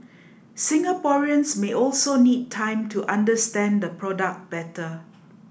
Singaporeans may also need time to understand the product better